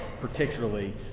particularly